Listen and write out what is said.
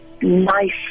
nice